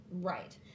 Right